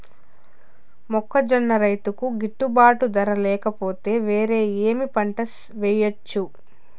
మొక్కజొన్న రైతుకు గిట్టుబాటు ధర లేక పోతే, వేరే ఏమి పంట వెయ్యొచ్చు?